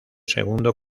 segundo